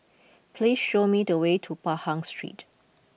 please show me the way to Pahang Street